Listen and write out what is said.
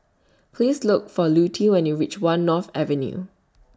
Please Look For Lutie when YOU REACH one North Avenue